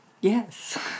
Yes